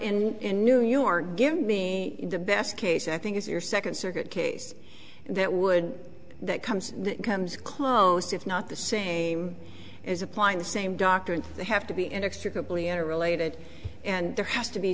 and new york give me the best case i think is your second circuit case that would that comes comes close if not the same as applying the same doctor and they have to be annexed related and there has to be